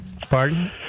Pardon